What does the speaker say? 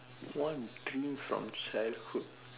one coming from childhood